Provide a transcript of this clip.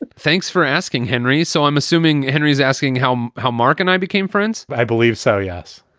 but thanks for asking, henry. so i'm assuming henry is asking how hallmark and i became friends? i believe so, yes.